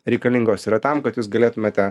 reikalingos yra tam kad jūs galėtumėte